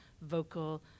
vocal